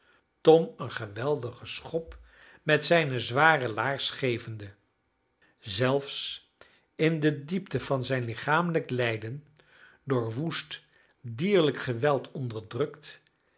tom een geweldigen schop met zijne zware laars gevende zelfs in de diepte van zijn lichamelijk lijden door woest dierlijk geweld onderdrukt